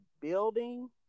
building